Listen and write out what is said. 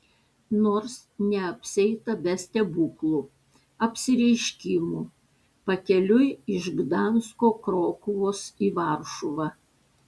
nors neapsieita be stebuklų apsireiškimų pakeliui iš gdansko krokuvos į varšuvą